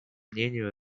мнению